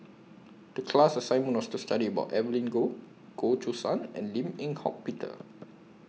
The class assignment was to study about Evelyn Goh Goh Choo San and Lim Eng Hock Peter